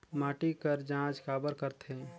माटी कर जांच काबर करथे?